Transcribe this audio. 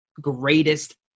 greatest